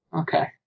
Okay